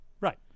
Right